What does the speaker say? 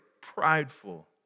prideful